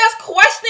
question